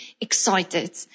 excited